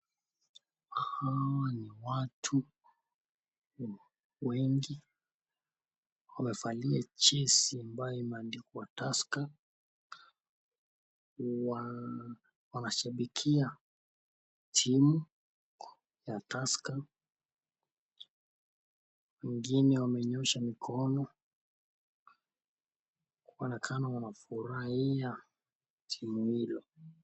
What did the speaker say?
Hawa ni watu wengi wamevalia jezi ambayo imeandikwa Tusker. Wanashabikia timu ya Tusker. Wengine wamenyosha mkono wanaonekana wanafurahia timu hilo.